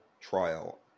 trial